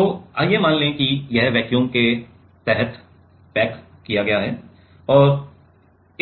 तो आइए मान लें कि यह वैक्यूम के तहत पैक किया गया है और